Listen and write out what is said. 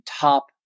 top